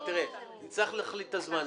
נצטרך להחליט את הזמן,